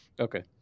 Okay